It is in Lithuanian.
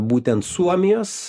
būtent suomijos